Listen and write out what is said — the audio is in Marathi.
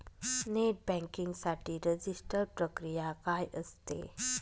नेट बँकिंग साठी रजिस्टर प्रक्रिया काय असते?